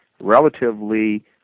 relatively